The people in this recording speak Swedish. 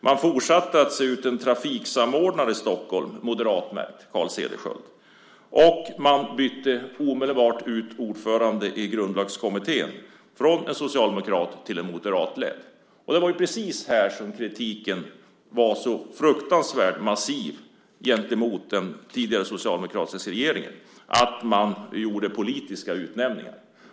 Man fortsatte med att utse en moderatmärkt trafiksamordnare i Stockholm, Carl Cederschiöld. Och man bytte omedelbart ordförande i grundlagskommittén från en socialdemokrat till en moderatledd. Det var precis mot detta som kritiken var så fruktansvärt massiv mot den tidigare socialdemokratiska regeringen, att vi gjorde politiska utnämningar.